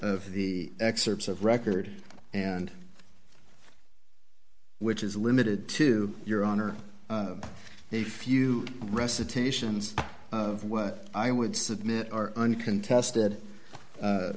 of the excerpts of record and which is limited to your honor a few recitations of what i would submit are uncontested